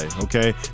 okay